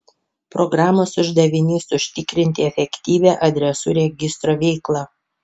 programos uždavinys užtikrinti efektyvią adresų registro veiklą